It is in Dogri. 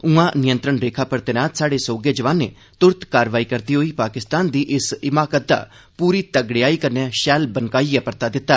उआं नियंत्रण रेखा पर तैनात स्हाड़े सोहगे जवानें त्रत कारवाई करदे होई पाकिस्तान दी इस हिमाकत दा पूरी तगड़ेयाई कन्नै शैल बनकदा परता दिता